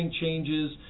changes